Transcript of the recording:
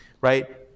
right